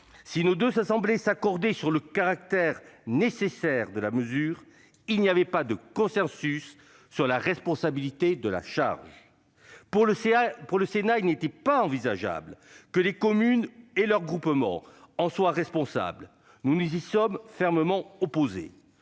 Si les deux assemblées s'accordaient sur le caractère nécessaire de la mesure, il n'y avait pas de consensus quant à savoir à qui devait incomber cette charge. Pour le Sénat, il n'était pas envisageable que les communes et leurs groupements en soient responsables. Nous nous y sommes fermement opposés.